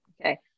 Okay